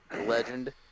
Legend